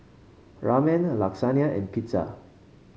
Ramen Lasagna and Pizza